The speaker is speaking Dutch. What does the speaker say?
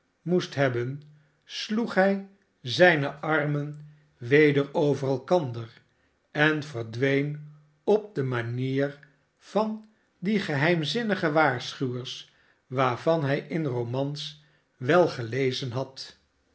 moest hebben sloeg hij zijne armen weder over elkander en verdween op de manier van die geheimzinnige waarschuwers waarvan hij in romans wel gelezen had